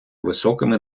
високими